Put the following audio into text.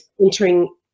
entering